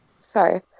sorry